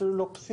אפילו לא פסיק,